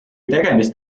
tegemist